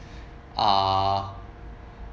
uh